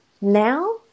now